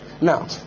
Now